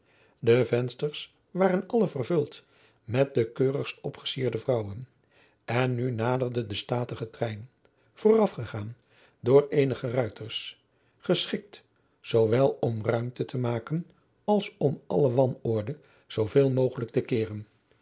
de vensters waren alle vervuld met de keurigst opgesierde vrouwen en nu naderde de statige trein voorafgegaan door eenige ruiters geschikt zoowel om ruimte te maken als om alle wanorde zoo veel mogelijk te keeren